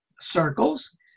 circles